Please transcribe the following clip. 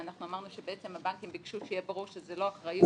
שאמרנו שבעצם הבנקים ביקשו שיהיה ברור שזה לא אחריות